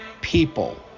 people